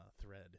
thread